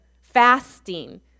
fasting